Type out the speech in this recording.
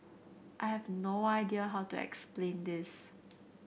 I have no idea how to explain this